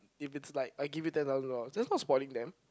if it's like I give you ten thousand dollars that's not spoiling them